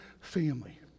family